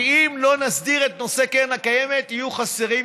כי אם לא נסדיר את נושא קרן הקיימת יהיו חסרים,